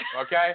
Okay